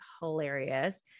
hilarious